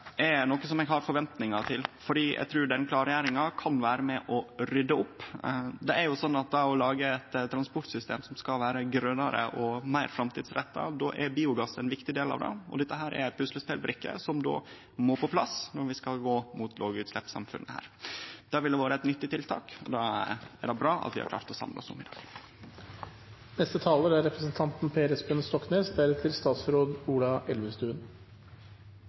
er noko eg har forventingar til fordi eg trur denne klargjeringa kan vere med og rydde opp. Det er jo sånn at når ein skal lage eit transportsystem som skal vere grønare og meir framtidsretta, er biogass ein viktig del av det, og dette er ei puslespelbrikke som må på plass når vi skal gå mot lågutsleppsamfunnet. Det ville ha vore eit nyttig tiltak, og då er det bra at vi har klart å samle oss om det. Ingen er